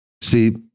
See